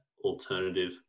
alternative